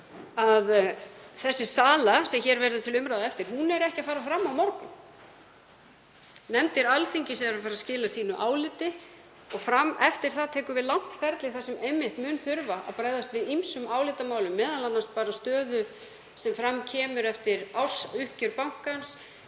að þessi sala sem hér verður til umræðu er ekki að fara fram á morgun. Nefndir Alþingis eru að fara skila áliti sínu og eftir það tekur við langt ferli þar sem einmitt mun þurfa að bregðast við ýmsum álitamálum, m.a. þeirri stöðu sem fram kemur eftir ársuppgjör bankans,